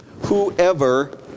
Whoever